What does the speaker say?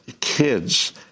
kids